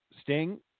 Sting